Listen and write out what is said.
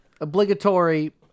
Obligatory